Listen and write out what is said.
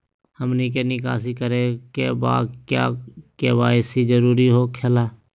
हमनी के निकासी करे के बा क्या के.वाई.सी जरूरी हो खेला?